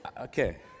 okay